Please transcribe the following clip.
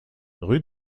rue